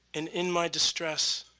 and in my distress,